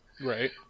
right